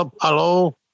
Hello